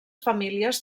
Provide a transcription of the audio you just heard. famílies